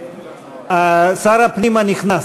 שר הפנים הנכנס,